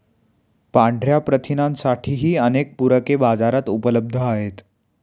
पांढया प्रथिनांसाठीही अनेक पूरके बाजारात उपलब्ध आहेत